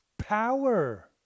Power